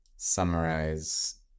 summarize